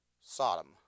Sodom